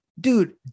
Dude